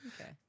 Okay